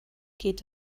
geht